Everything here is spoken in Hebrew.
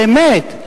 באמת.